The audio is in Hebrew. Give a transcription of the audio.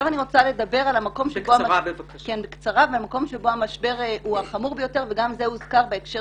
אני רוצה לדבר על המקום שבו המשבר הוא החמור ביותר וגם זה הוזכר בהקשר